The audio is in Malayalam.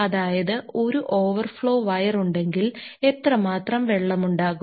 അതായത് ഒരു ഓവർ ഫ്ലോ വയർ ഉണ്ടെങ്കിൽ എത്ര മാത്രം വെള്ളം ഉണ്ടാകും